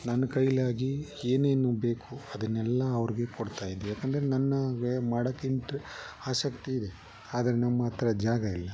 ನನ್ನ ಕೈಲಾಗಿ ಏನೇನು ಬೇಕು ಅದನ್ನೆಲ್ಲ ಅವ್ರಿಗೆ ಕೊಡ್ತಾಯಿದ್ದೆ ಏಕೆಂದ್ರೆ ನನಗೆ ಮಾಡೋಕೆ ಇಂಟ್ರ್ ಆಸಕ್ತಿ ಇದೆ ಆದರೆ ನಮ್ಮ ಹತ್ರ ಜಾಗ ಇಲ್ಲ